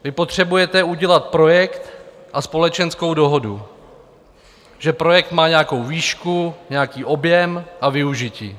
Vy potřebujete udělat projekt a společenskou dohodu, že projekt má nějakou výšku, nějaký objem a využití.